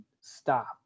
stop